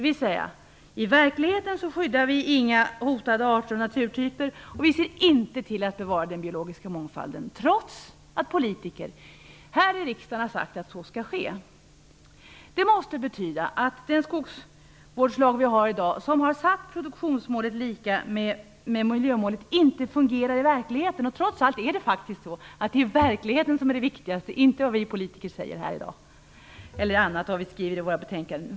I verkligheten skyddar vi alltså inga hotade arter och naturtyper och vi ser inte till att bevara den biologiska mångfalden, trots att politiker här i riksdagen sagt att så skall ske. Det måste betyda att den skogsvårdslag vi har i dag, enligt vilken produktionsmålet är lika med miljömålet, inte fungerar i verkligheten. Det är trots allt verkligheten som är viktigast, inte vad vi politiker säger här i dag eller vad vi skriver i våra betänkanden.